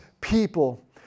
people